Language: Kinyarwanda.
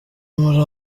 muri